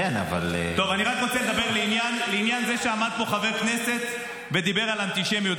אני רוצה לדבר לעניין זה שעמד פה חבר כנסת ודיבר על אנטישמיות.